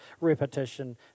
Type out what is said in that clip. repetition